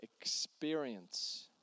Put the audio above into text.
experience